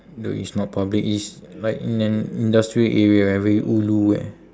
though it's not public it's like in an industrial area eh very ulu eh